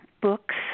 books